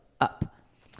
up